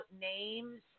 names